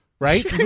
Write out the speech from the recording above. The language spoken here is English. Right